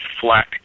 flat